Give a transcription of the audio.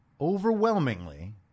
overwhelmingly